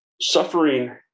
Suffering